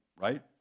right